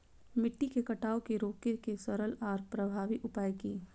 मिट्टी के कटाव के रोके के सरल आर प्रभावी उपाय की?